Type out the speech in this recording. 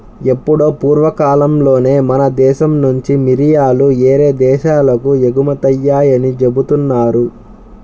ఎప్పుడో పూర్వకాలంలోనే మన దేశం నుంచి మిరియాలు యేరే దేశాలకు ఎగుమతయ్యాయని జెబుతున్నారు